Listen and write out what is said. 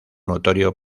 notorio